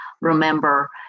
remember